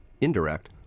indirect